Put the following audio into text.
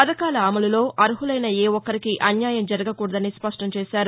పథకాల అమలులో అర్మలైన ఏ ఒక్కరికీ అన్యాయం జరగకూడదని స్పష్టం చేశారు